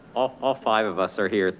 ah all five of us are here.